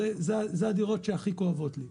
אלה הדירות שהכי כואבות לי.